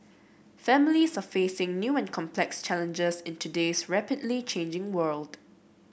families are facing new and complex challenges in today's rapidly changing world